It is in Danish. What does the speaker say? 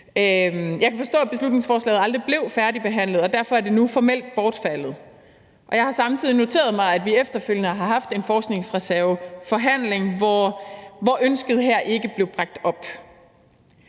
Jeg kan forstå, at beslutningsforslaget aldrig blev færdigbehandlet, og derfor er det nu formelt bortfaldet. Jeg har samtidig noteret mig, at vi efterfølgende har haft en forhandling om forskningsreserven, hvor ønsket her ikke blev bragt op.